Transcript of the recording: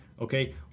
Okay